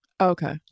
Okay